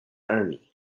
army